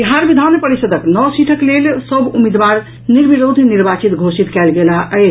बिहार विधान परिषदक नओ सीटक लेल सभ उम्मीदवार निर्विरोध निर्वाचित घोषित कयल गेलाह अछि